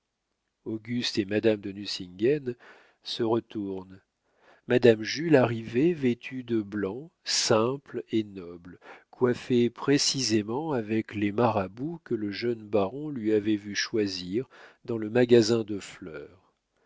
auguste et madame de nucingen se retournent madame jules arrivait vêtue de blanc simple et noble coiffée précisément avec les marabouts que le jeune baron lui avait vu choisir dans le magasin de fleurs